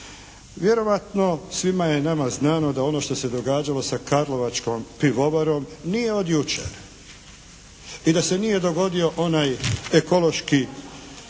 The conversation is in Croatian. Vjerojatno svima je nama znano da ono što se događalo sa Karlovačkom pivovarom nije od jučer. I da se nije dogodio onaj ekološki,